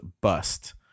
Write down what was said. bust